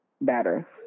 better